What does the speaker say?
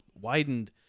widened